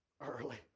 early